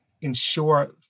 ensure